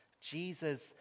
Jesus